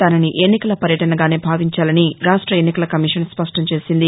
దానిని ఎన్నికల పర్యటనగానే భావించాలని రాష్ట ఎన్నికల కమిషన్ స్పష్టం చేసింది